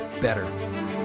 better